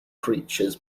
creatures